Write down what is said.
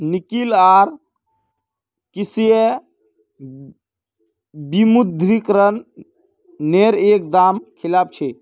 निकिल आर किसलय विमुद्रीकरण नेर एक दम खिलाफ छे